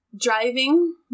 driving